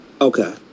Okay